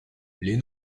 les